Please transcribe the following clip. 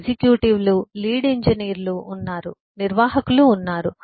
ఎగ్జిక్యూటివ్లు lead ఇంజనీర్లు ఉన్నారు నిర్వాహకులు ఉన్నారు